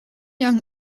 young